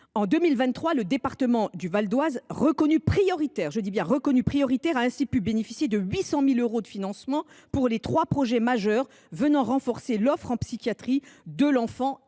En 2023, le département du Val d’Oise, reconnu prioritaire, a ainsi pu bénéficier de 800 000 euros de financement pour les trois projets majeurs venant renforcer l’offre en psychiatrie de l’enfant